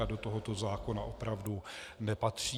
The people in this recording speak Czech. Do tohoto zákona opravdu nepatří.